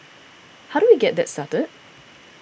how do we get that started